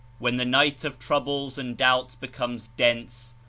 when the night of troubles and doubts becomes dense,